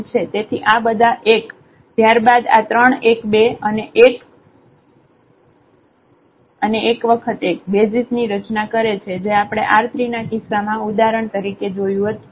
તેથી આ બધા 1 ત્યારબાદ આ ત્રણ 1 બે 1 અને એક વખત 1 બેસિઝ ની રચના કરે છે જે આપણે R3 ના કિસ્સામાં ઉદાહરણ તરીકે જોયું હતું